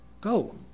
Go